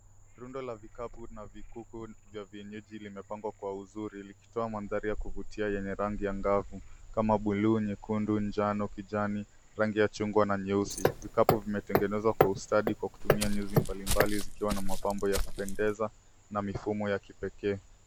Rundo la vikapu na vikuku vya vienyeji ilimepangwa kwa uzuri likitoa mandhari ya kuvutia yenye rangi angavu kama buluu, nyekundu, njano, kijani, rangi ya chungwa na nyeusi. Vikapu vimetengenezwa kwa ustadi kwa kutumia nyuzi mbalimbali zikiwa na mapambo ya kupendeza na mifumo ya kipekee.